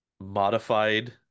modified